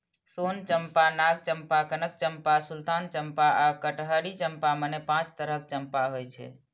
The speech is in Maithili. सोन चंपा, नाग चंपा, कनक चंपा, सुल्तान चंपा आ कटहरी चंपा, मने पांच तरहक चंपा होइ छै